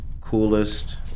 coolest